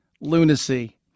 lunacy